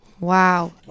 Wow